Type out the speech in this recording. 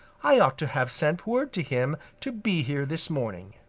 i ought to have sent word to him to be here this morning.